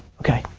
okay.